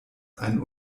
einen